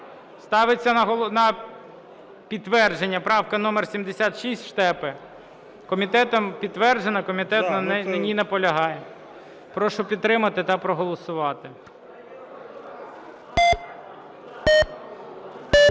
Ставиться на підтвердження правка номер 76 Штепи. Комітетом підтверджена. Комітет на ній наполягає. Прошу підтримати та проголосувати.